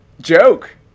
joke